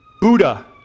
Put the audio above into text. Buddha